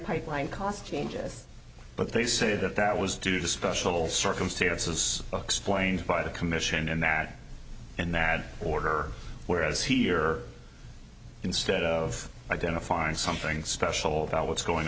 pipeline cost changes but they say that that was due to special circumstances explained by the commission and that and that order whereas here instead of identifying something special about what's going